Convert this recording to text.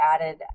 added